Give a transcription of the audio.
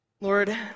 Lord